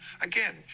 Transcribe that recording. Again